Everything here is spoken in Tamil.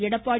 எடப்பாடி